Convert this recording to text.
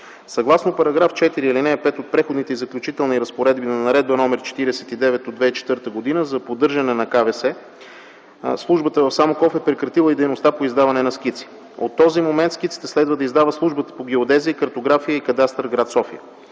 Съгласно § 4, ал. 5 от Преходните и заключителни разпоредби на Наредба № 49 от 2004 г. за поддържане на КВС, службата в Самоков е прекратила и дейността по издаване на скици. От този момент скици следва да издава службата по геодезия, картография и кадастър в гр. София.